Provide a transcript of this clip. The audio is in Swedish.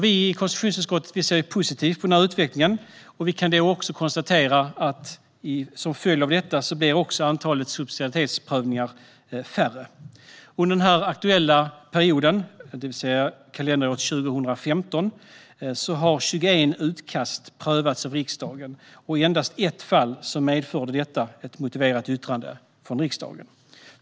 Vi i konstitutionsutskottet ser positivt på utvecklingen och kan konstatera att som följd av denna blir antalet subsidiaritetsprövningar färre. Under den aktuella perioden, det vill säga kalenderåret 2015, har 21 utkast prövats av riksdagen. Endast i ett fall medförde det ett motiverat yttrande från riksdagen.